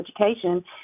education